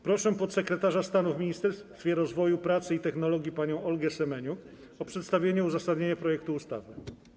Proszę podsekretarz stanu w Ministerstwie Rozwoju, Pracy i Technologii panią Olgę Semeniuk o przedstawienie uzasadnienia projektu ustawy.